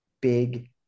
big